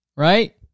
Right